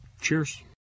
cheers